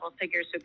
figures